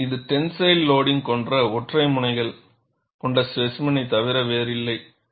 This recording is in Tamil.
எனவே இது டென்சைல் லோடிங்க் கொண்ட ஒற்றை முனைகள் கொண்ட ஸ்பேசிமெனை தவிர வேறில்லை